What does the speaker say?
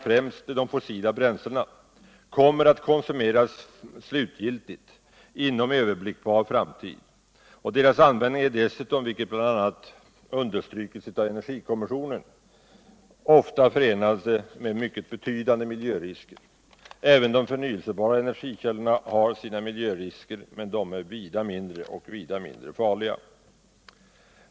främst de fossila bränslena, kommer att konsumeras slutgiltigt inom överblickbar framtid. Användningen av dessa är dessutom. vilket bl.a. understrukits av energikommissionen, ofta förenad med mycket betydande miljörisker. Även de förnyelsebara energikällorna har sina miljörisker, men de är färre och vida mindre farliga.